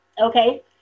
Okay